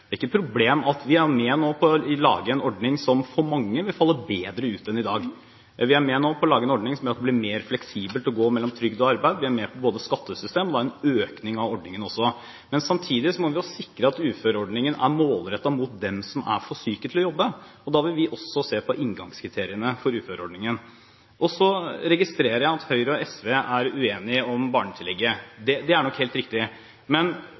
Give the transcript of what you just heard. Det er ikke noe problem at vi nå er med på å lage en ordning som for mange vil falle bedre ut enn i dag. Vi er nå med på å lage en ordning som gjør at det blir mer fleksibelt å gå mellom trygd og arbeid. Vi er med på både et skattesystem og en økning av ordningen også. Men samtidig må vi sikre at uføreordningen er målrettet mot dem som er for syke til å jobbe, og da vil vi også se på inngangskriteriene for uføreordningen. Så registrerer jeg at Høyre og SV er uenige om barnetillegget. Det er nok helt riktig, men